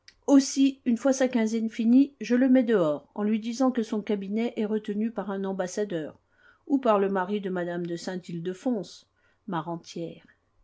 aussi une fois sa quinzaine finie je le mets dehors en lui disant que son cabinet est retenu par un ambassadeur ou par le mari de mme de saint ildefonse ma rentière